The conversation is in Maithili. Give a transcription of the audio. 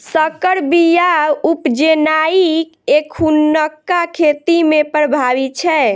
सँकर बीया उपजेनाइ एखुनका खेती मे प्रभावी छै